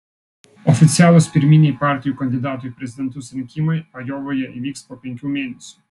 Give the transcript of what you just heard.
oficialūs pirminiai partijų kandidatų į prezidentus rinkimai ajovoje įvyks po penkių mėnesių